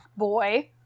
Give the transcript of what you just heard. boy